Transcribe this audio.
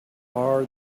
are